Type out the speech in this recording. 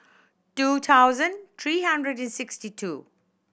two thousand three hundred and sixty two